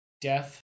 death